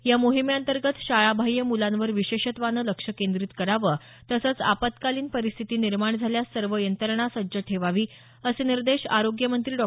या मोहिमेअंतर्गत शाळाबाह्य मुलांवर विशेषत्वानं लक्ष केंद्रीत करावं तसंच आपत्कालीन परिस्थिती निर्माण झाल्यास सर्व यंत्रणा सज्ज ठेवावी असे निर्देश आरोग्यमंत्री डॉ